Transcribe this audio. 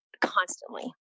constantly